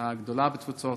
הגדולה בתפוצות,